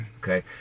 Okay